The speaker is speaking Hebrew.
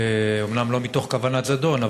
אומנם לא מתוך כוונת זדון,